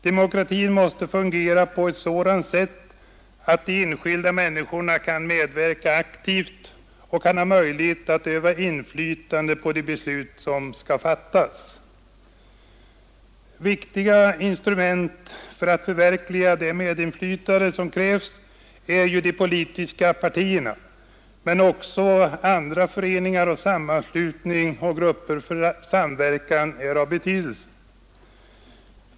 Demokratin måste fungera på ett sådant sätt att de enskilda människorna kan medverka aktivt och ha möjlighet att öva inflytande på de beslut som skall fattas. Viktiga instrument för att förverkliga det medinflytande som krävs är de politiska partierna men också andra föreningar, sammanslutningar och grupper för samverkan är av betydelse.